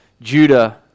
Judah